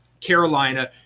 Carolina